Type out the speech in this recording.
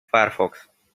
firefox